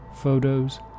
photos